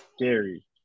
scary